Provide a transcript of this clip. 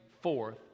fourth